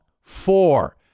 Four